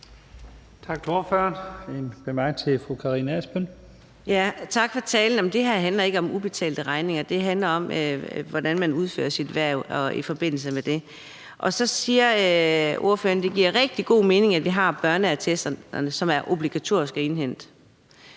Tak for talen. Det her handler ikke om ubetalte regninger. Det handler om, hvordan man udfører sit erhverv; det er i forbindelse med det. Så siger ordføreren, at det giver rigtig god mening, at vi har børneattesterne, som det er obligatorisk at indhente.